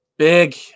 big